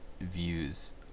views